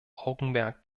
augenmerk